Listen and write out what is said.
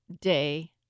day